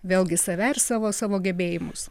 vėlgi save ir savo savo gebėjimus